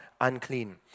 unclean